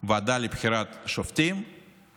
ועדה לבחירת שופטים לפי החוק,